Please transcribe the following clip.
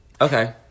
okay